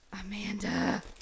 Amanda